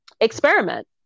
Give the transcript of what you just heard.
experiment